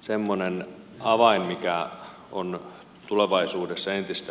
semmoinen avain mikä on tulevaisuudessa entistä tärkeämpi